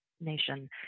nation